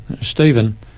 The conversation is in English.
Stephen